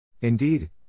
Indeed